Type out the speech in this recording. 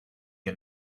you